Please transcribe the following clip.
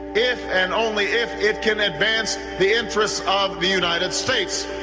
if and only if, it can advance the interests of the united states.